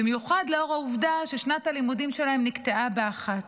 במיוחד לאור העובדה ששנת הלימודים שלהם נקטעה באחת.